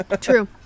True